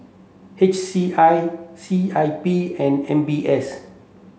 H C I C I P and M B S